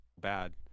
bad